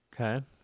Okay